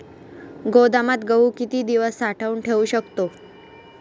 गोदामात गहू किती दिवस साठवून ठेवू शकतो?